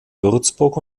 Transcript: würzburg